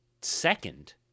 second